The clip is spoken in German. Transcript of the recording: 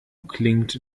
klingt